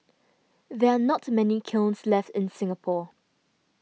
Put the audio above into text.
there are not many kilns left in Singapore